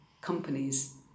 companies